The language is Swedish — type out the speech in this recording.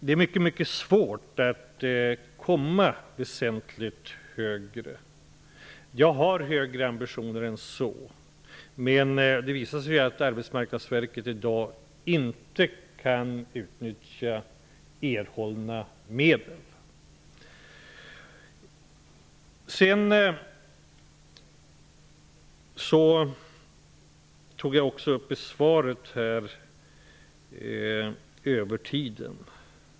Det är mycket svårt att komma väsentligt högre. Jag har högre ambitioner än så, men det visar sig att Arbetsmarknadsverket i dag inte kan utnyttja erhållna medel. Övertiden tog jag också upp i svaret.